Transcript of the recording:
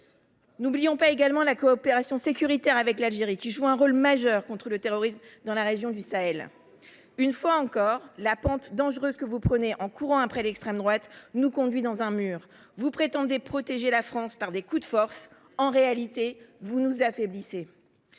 N’oublions pas non plus notre coopération sécuritaire avec l’Algérie, qui joue un rôle majeur contre le terrorisme dans la région du Sahel. Une fois encore, la pente dangereuse que vous suivez en courant après l’extrême droite nous conduit dans un mur. Vous prétendez protéger la France par des coups de force : en réalité, vous l’affaiblissez.